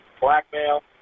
blackmail